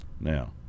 Now